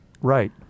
Right